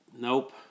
Nope